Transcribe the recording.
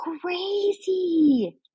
crazy